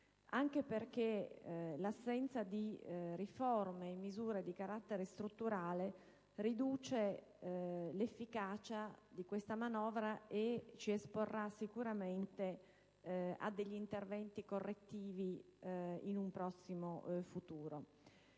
anche perché l'assenza di riforme di carattere strutturale ne riduce l'efficacia e ci esporrà sicuramente a degli interventi correttivi in un prossimo futuro.